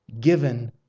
given